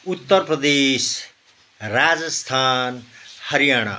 Uttar Pradesh Rajasthan Haryana